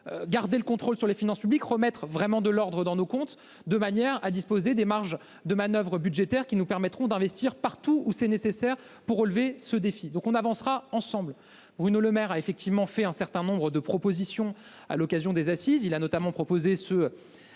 garder le contrôle des finances publiques et remettre vraiment de l'ordre dans nos comptes de manière à disposer des marges de manoeuvre budgétaires qui nous permettront d'investir partout où c'est nécessaire pour relever le défi. C'est donc ensemble que nous avancerons. Bruno Le Maire a fait un certain nombre de propositions à l'occasion des Assises. Il a notamment suggéré un